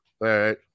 right